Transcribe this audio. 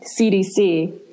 CDC